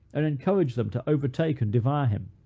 and encouraged them to overtake and devour him.